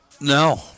No